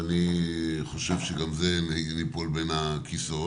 ואני חושב שגם בזה ניפול בין הכיסאות,